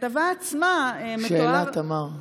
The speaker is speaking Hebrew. בכתבה עצמה מתואר, שאלה, תמר.